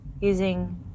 using